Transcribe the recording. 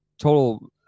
total